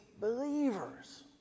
believers